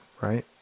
Right